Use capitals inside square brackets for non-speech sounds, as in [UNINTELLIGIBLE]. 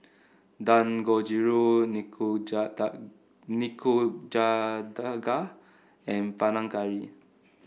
Dangojiru [UNINTELLIGIBLE] Nikujaga and Panang Curry